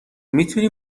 میتونی